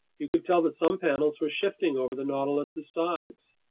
you could tell that some panels were shifting over the nautilus's sides.